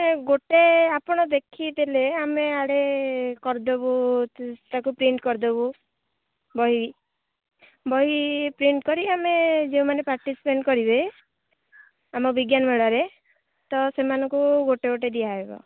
ନା ଗୋଟେ ଆପଣ ଦେଖିଦେଲେ ଆମେ ଇଆଡ଼େ କରିଦବୁ ତାକୁ ପ୍ରିଣ୍ଟ୍ କରିଦବୁ ବହି ବହି ପ୍ରିଣ୍ଟ୍ କରି ଆମେ ଯେଉଁମାନେ ପାର୍ଟିସିପେର୍ଟ କରିବେ ଆମ ବିଜ୍ଞାନ ମେଳାରେ ତ ସେମାନଙ୍କୁ ଗୋଟେ ଗୋଟେ ଦିଆହେବ